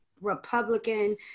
Republican